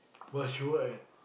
what she work at